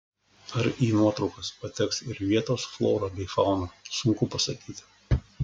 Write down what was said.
ar į nuotraukas pateks ir vietos flora bei fauna sunku pasakyti